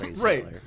right